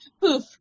poof